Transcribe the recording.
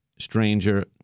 Stranger